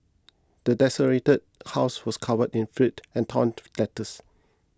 the desolated house was covered in filth and torn letters